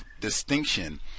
distinction